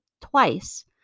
twice